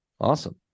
Awesome